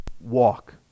walk